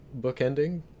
bookending